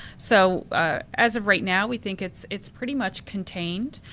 so as of right now we think it's it's pretty much contained.